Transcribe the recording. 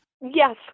Yes